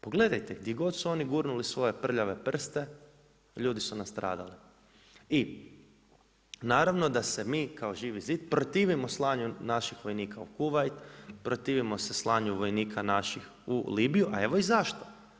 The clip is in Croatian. Pogledajte gdje god su oni gurnuli svoje prljave prste, ljudi su nastradali i naravno da se mi kao Živi zid, protivimo slanju naših vojnika u Kuvajt, protivimo se slanju vojnih naših u Libiju, a evo i zašto.